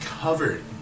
covered